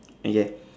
uh ya